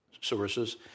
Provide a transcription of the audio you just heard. sources